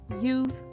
Youth